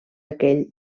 aquell